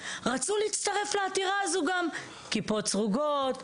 רצו להצטרף לעתירה הזו גם כיפות סרוגות,